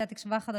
סיעת תקווה חדשה,